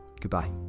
Goodbye